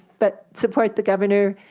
but support the governor